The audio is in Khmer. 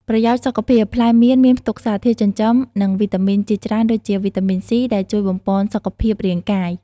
ប្រយោជន៍សុខភាព ផ្លែមៀនមានផ្ទុកសារធាតុចិញ្ចឹម និងវីតាមីនជាច្រើនដូចជា វីតាមីន C ដែលជួយបំប៉នសុខភាពរាងកាយ។